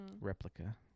replica